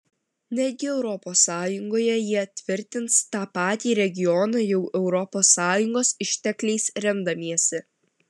netgi europos sąjungoje jie tvirtins tą patį regioną jau europos sąjungos ištekliais remdamiesi